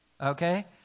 okay